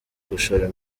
gushora